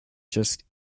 just